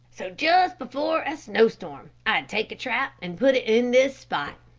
so just before a snowstorm, i'd take a trap and put it in this spot.